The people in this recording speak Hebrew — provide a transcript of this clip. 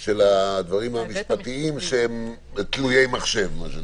של הדברים המשפטיים שהם תלויי מחשב.